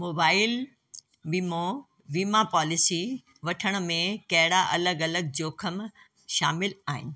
mobile वीमो वीमा policy वठण में कहिड़ा अलॻि अलॻि जोखिमु शामिलु आहिनि